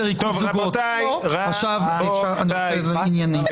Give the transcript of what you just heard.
הזאת, עורך הדין בליי,